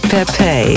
Pepe